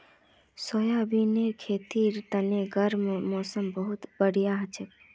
सोयाबीनेर खेतीर तने गर्म मौसमत बहुत बढ़िया हछेक